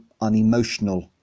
unemotional